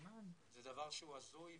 זה דבר שהוא הזוי,